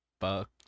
Fuck